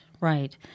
Right